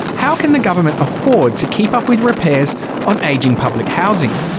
how can the government afford to keep up with repairs on ageing public housing?